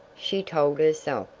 she told herself.